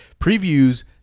previews